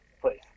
place